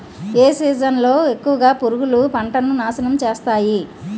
ఏ season లో ఎక్కువుగా పురుగులు పంటను నాశనం చేస్తాయి?